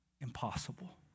impossible